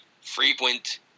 frequent